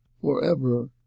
forever